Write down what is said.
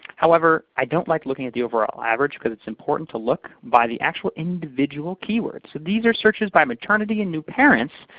however, i don't like looking at the overall average because it's important important to look by the actual individual keyword. so these are searches by maternity and new parents,